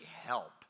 help